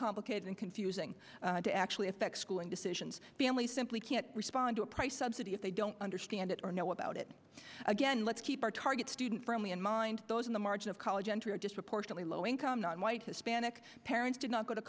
complicated and confusing to actually effect schooling decisions families simply can't respond to a price subsidy if they don't understand it or know about it again let's keep our target student firmly in mind those in the margin of college entry are disproportionately low income non white hispanic parents did not go to